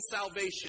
salvation